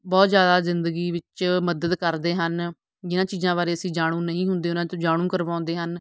ਬਹੁਤ ਜ਼ਿਆਦਾ ਜ਼ਿੰਦਗੀ ਵਿੱਚ ਮਦਦ ਕਰਦੇ ਹਨ ਜਿਹਨਾਂ ਚੀਜ਼ਾਂ ਬਾਰੇ ਅਸੀਂ ਜਾਣੂ ਨਹੀਂ ਹੁੰਦੇ ਉਹਨਾਂ ਤੋਂ ਜਾਣੂ ਕਰਵਾਉਂਦੇ ਹਨ